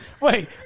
Wait